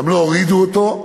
גם לא הורידו אותו,